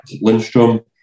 Lindstrom